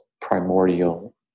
primordial